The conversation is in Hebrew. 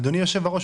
אדוני יושב-הראש,